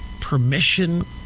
permission